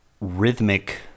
rhythmic